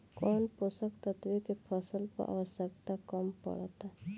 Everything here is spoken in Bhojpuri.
कौन पोषक तत्व के फसल पर आवशयक्ता कम पड़ता?